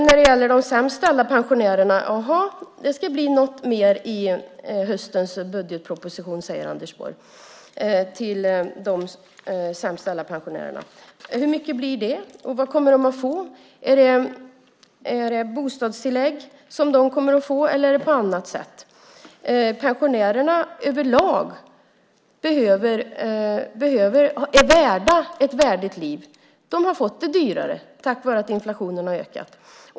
När det gäller de sämst ställda pensionärerna säger Anders Borg att de ska få mer i höstens budgetproposition. Hur mycket blir det? Vad kommer de att få? Är det bostadstillägg de kommer att få, eller är det något annat? Pensionärerna över lag är värda ett värdigt liv. De har fått det dyrare på grund av att inflationen ökat.